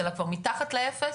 אלא כבר מתחת לאפס,